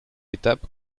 étape